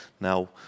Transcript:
Now